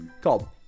called